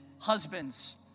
Husbands